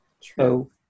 True